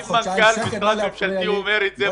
אם מנכ"ל משרד ממשלתי אומר את זה,